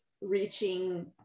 reaching